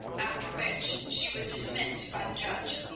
after which she was dismissed by the judge.